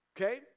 okay